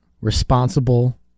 responsible